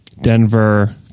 denver